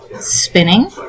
spinning